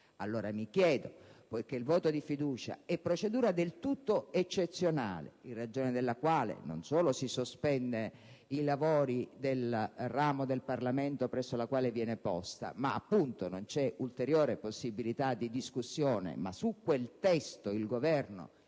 Allora, chiedo: poiché il voto di fiducia è procedura del tutto eccezionale, in ragione della quale non solo si sospendono i lavori del ramo del Parlamento presso il quale viene apposta ma, appunto, non c'è ulteriore possibilità di discussione, ma su quel testo il Governo